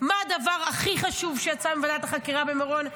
מה הדבר הכי חשוב שיצא מוועדת החקירה במירון,